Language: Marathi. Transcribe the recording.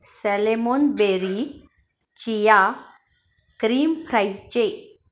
salmonberry chia cream फ्रायचे